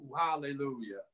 Hallelujah